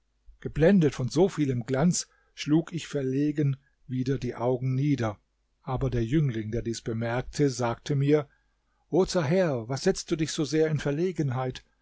geblendet von so vielem glanz schlug ich verlegen wieder die augen nieder aber der jüngling der dies bemerkte sagte mir o zaher was setzt dich so sehr in verlegenheit